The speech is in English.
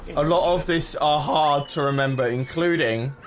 a lot of this are hard to remember including